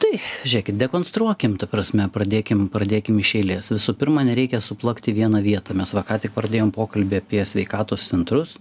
tai žiūrėkit dekonstruokim ta prasme pradėkim pradėkim iš eilės visų pirma nereikia suplakti vieną vietomis va ką tik pradėjom pokalbį apie sveikatos centrus